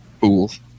Fools